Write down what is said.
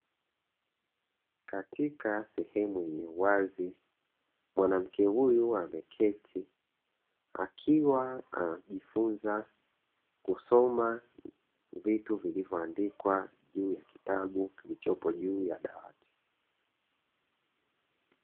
Katika sehemu yenye uwazi, mwanamke huyu ameketi akiwa anajifunza jinsi ya kusoma vitu vilivyoandikwa juu ya kitabu kilichopo juu ya kitabu.